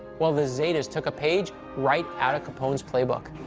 well, the zetas took a page right out of capone's playbook.